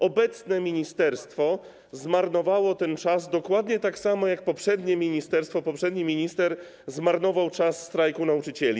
Obecne ministerstwo zmarnowało ten czas dokładnie tak samo jak poprzednie, poprzedni minister zmarnował czas strajku nauczycieli.